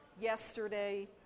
yesterday